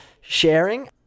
sharing